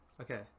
Okay